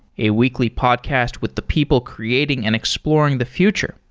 a weekly podcast with the people creating and exploring the future.